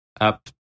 up